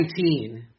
2019